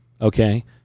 okay